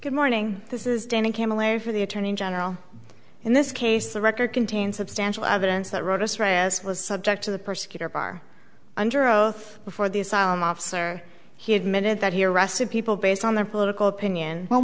good morning this is dan and kamal a for the attorney general in this case the record contains substantial evidence that wrote us right as was subject to the persecutor bar under oath before the asylum officer he admitted that he arrested people based on their political opinion well